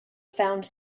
found